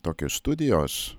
tokios studijos